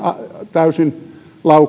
täysin